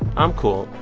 i'm cool.